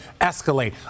escalate